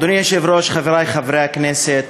אדוני היושב-ראש, חברי חברי הכנסת,